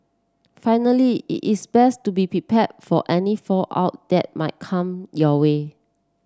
finally it is best to be prepared for any fallout that might come your way